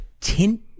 tint